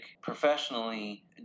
professionally